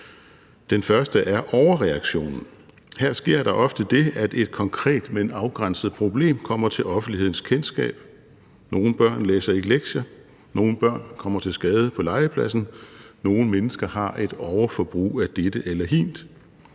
Den første er overreaktionen. Her sker der ofte det, at et konkret, men afgrænset problem kommer til offentlighedens kendskab. Nogle børn læser ikke lektier. Nogle børn kommer til skade på legepladsen. Nogle mennesker har et overforbrug af dette eller hint.